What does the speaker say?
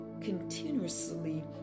continuously